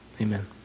amen